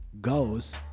goes